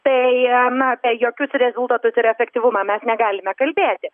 tai na apie jokius rezultatus ir efektyvumą mes negalime kalbėti